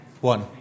One